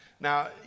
Now